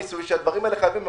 שהדברים האלה חייבים במס.